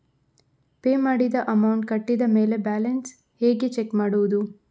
Pay ಮಾಡಿದ amount ಕಟ್ಟಿದ ಮೇಲೆ ಬ್ಯಾಲೆನ್ಸ್ ಹೇಗೆ ಚೆಕ್ ಮಾಡುವುದು?